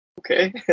okay